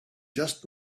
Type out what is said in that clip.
just